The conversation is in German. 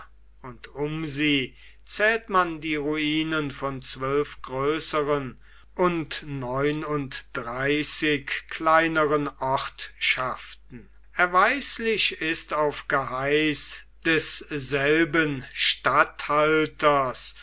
und um sie zählt man die ruinen von zwölf größeren und neununddreißig kleineren ortschaften erweislich ist auf geheiß desselben